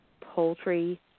poultry